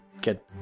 get